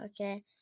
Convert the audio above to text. okay